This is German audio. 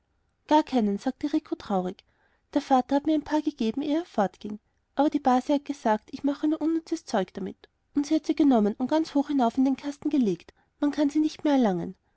gar keinen sagte rico traurig der vater hat mir ein paar gegeben ehe er fortging aber die base hat gesagt ich mache nur unnützes zeug damit und hat sie genommen und ganz hoch hinauf in den kasten gelegt man kann sie nicht mehr erlangen